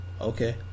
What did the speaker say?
okay